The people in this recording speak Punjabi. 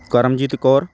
ਕਰਮਜੀਤ ਕੌਰ